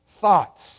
thoughts